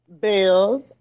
Bills